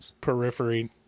periphery